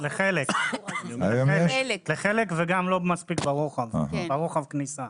לחלק, וזה גם לא מספיק ברוחב הכניסה.